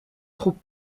trop